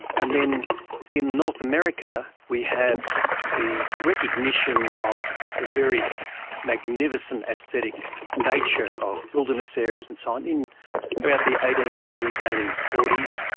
and then in north america we had the recognition of the very magnificent aesthetic nature of wilderness areas and so on throughout the eighteen thirty s, eighteen forty s.